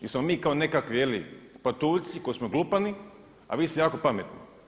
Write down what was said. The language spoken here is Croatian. Nismo mi kao nekakvi jeli patuljci koji smo glupani a vi ste jako pametni.